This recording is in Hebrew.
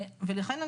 לכן,